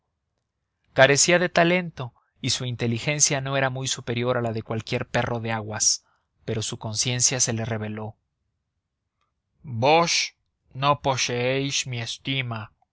carecía de talento y su inteligencia no era muy superior a la de cualquier perro de aguas pero su conciencia se le reveló vos no poseéis mi